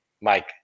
Mike